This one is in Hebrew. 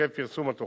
מתעכב פרסום התוכנית.